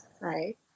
right